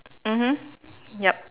mmhmm yup